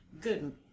Good